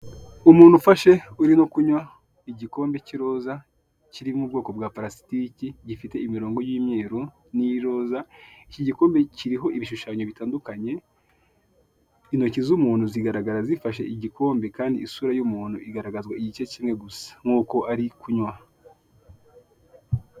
Umuntu ufashe uri no kunywa igikombe cy'iroza kiri mu bwoko bwa parasitiki gifite imirongo y'umweru n'iy'iroza, iki gikombe kiriho ibishushanyo bitandukanye, intoki z'umuntu zigaragara zifashe igikombe kandi isura y'umuntu igaragazwa igice kimwe gusa nkuko ari kunywa.